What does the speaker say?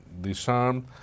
disarmed